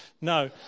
No